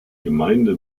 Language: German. gemeinde